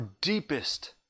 deepest